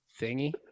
thingy